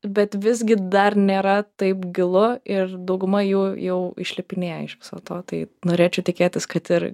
bet visgi dar nėra taip gilu ir dauguma jų jau išlipinėja iš viso to tai norėčiau tikėtis kad ir